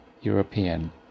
European